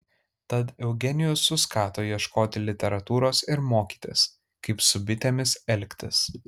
tad eugenijus suskato ieškoti literatūros ir mokytis kaip su bitėmis elgtis